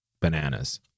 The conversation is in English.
Bananas